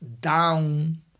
down